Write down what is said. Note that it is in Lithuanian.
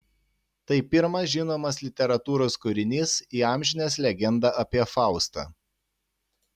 tai pirmas žinomas literatūros kūrinys įamžinęs legendą apie faustą